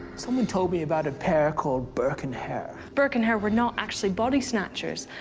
someone told me about a pair called burke and hare. burke and hare were not actually body snatchers.